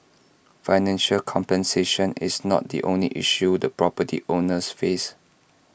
financial compensation is not the only issue the property owners face